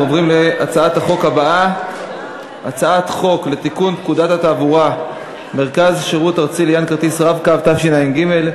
הצעת החוק התקבלה ותועבר לדיון ולהכנה לקריאה ראשונה לוועדת העבודה,